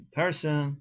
person